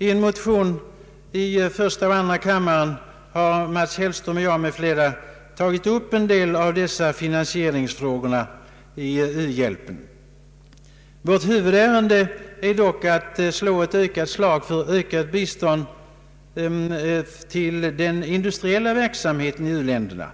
I en motion i första och andra kammaren har herr Mats Hellström och jag m.fl. tagit upp en del av dessa finansieringsfrågor beträffande u-hjälpen. Vårt huvudärende är dock att slå ett slag för ökat bistånd till den industriella verksamheten i u-länderna.